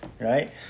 Right